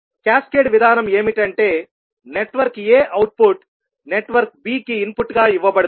cascade విధానం ఏమిటంటే network a output network b కి ఇన్పుట్గా ఇవ్వబడుతుంది